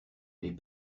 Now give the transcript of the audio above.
les